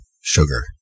sugar